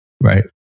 right